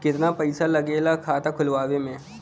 कितना पैसा लागेला खाता खोलवावे में?